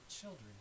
children